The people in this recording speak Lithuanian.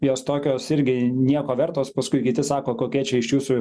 jos tokios irgi nieko vertos paskui kiti sako kokie čia iš jūsų